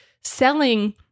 selling